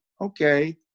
okay